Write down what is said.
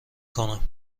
کنم